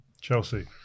Chelsea